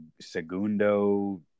Segundo